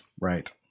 Right